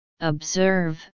observe